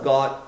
God